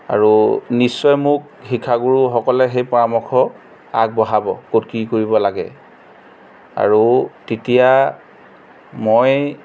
আৰু নিশ্চয় মোক শিক্ষাগুৰুসকলে সেই পৰামৰ্শ আগবঢ়াব ক'ত কি কৰিব লাগে আৰু তেতিয়া মই